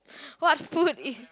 what food is